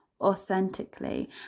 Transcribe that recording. authentically